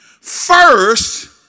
first